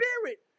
spirit